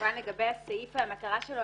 כמובן לגבי הסעיף והמטרה שלו,